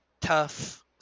tough